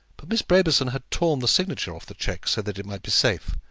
but miss brabazon had torn the signature off the cheque, so that it might be safe,